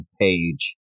page